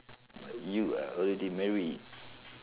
you are already married